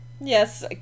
Yes